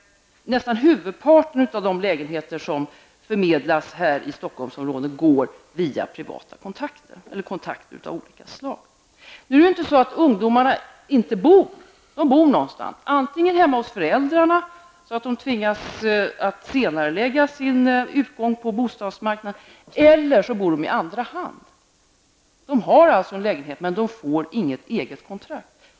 Nästan huvudparten av de lägenheter som förmedlas här i Stockholmsområdet går via privata kontakter av olika slag. Nu är det ju inte så att ungdomarna inte bor. De bor någonstans; antingen hemma hos föräldrarna, så att de tvingas att senarelägga sin utgång på bostadsmarknaden, eller också bor de i andra hand. De har alltså en lägenhet men får inget eget kontrakt.